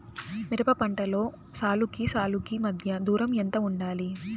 మిరప పంటలో సాలుకి సాలుకీ మధ్య దూరం ఎంత వుండాలి?